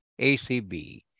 ACB